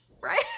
right